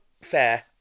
fair